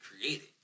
created